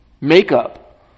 makeup